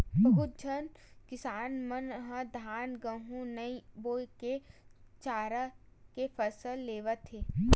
बहुत झन किसान मन ह धान, गहूँ नइ बो के चारा के फसल लेवत हे